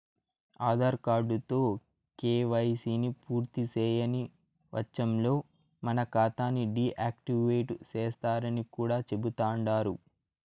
ఆదార్ కార్డుతో కేవైసీని పూర్తిసేయని వచ్చంలో మన కాతాని డీ యాక్టివేటు సేస్తరని కూడా చెబుతండారు